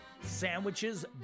sandwiches